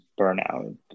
burnout